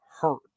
hurt